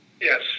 Yes